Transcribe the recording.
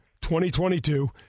2022